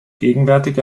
gegenwärtig